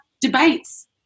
debates